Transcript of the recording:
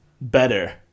better